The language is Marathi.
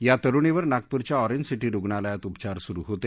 या तरुणीवर नागपूरच्या ऑरेंज सीटी रुग्णालयात उपचार सुरु होते